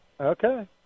Okay